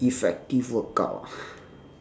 effective workout ah